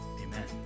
Amen